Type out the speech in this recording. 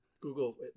Google